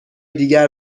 دیگر